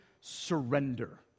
surrender